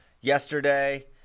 yesterday